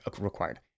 required